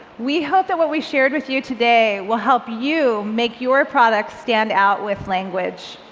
we hope that what we shared with you today will help you make your product stand out with language.